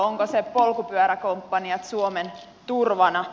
onko se polkupyöräkomppaniat suomen turvana